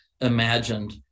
imagined